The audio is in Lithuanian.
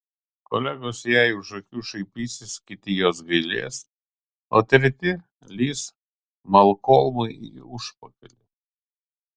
kolegos jai už akių šaipysis kiti jos gailės o treti lįs malkolmui į užpakalį